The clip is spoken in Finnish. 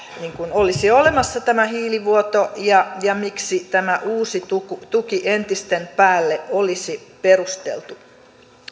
olisi olemassa tämä hiilivuoto ja ja miksi tämä uusi tuki tuki entisten päälle olisi perusteltu